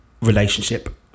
relationship